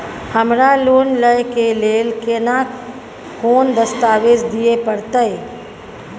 हमरा लोन लय के लेल केना कोन दस्तावेज दिए परतै?